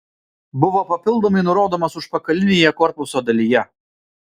buvo papildomai nurodomas užpakalinėje korpuso dalyje